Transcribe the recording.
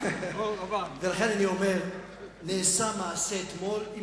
לכן אני אומר שנעשה אתמול מעשה,